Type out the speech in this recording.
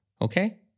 Okay